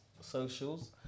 socials